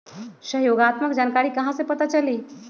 सहयोगात्मक जानकारी कहा से पता चली?